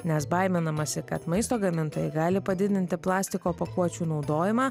nes baiminamasi kad maisto gamintojai gali padidinti plastiko pakuočių naudojimą